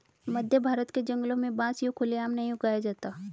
मध्यभारत के जंगलों में बांस यूं खुले आम नहीं उगाया जाता